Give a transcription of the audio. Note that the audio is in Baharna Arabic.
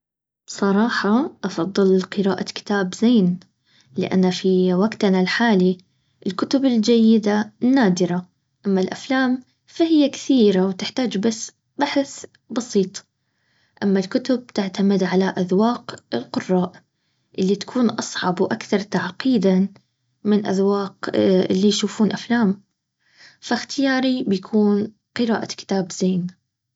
صراحه افضل قراءه كتاب زين لانه في وقتنا الحالي الكتب الجيده نادره اما الافلام كثيره وتحتاج بس بحث بسيط اما الكتب تعتمدعلي اذواق القراء اللي تكون اصعب واكثر تعقيدا من اذواق اللي يشوفون افلام فا اختياري يكون قراءه كتاب زين